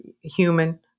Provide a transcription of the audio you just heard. human